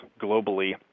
globally